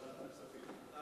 ועדת הכספים.